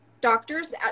Doctors